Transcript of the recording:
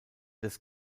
des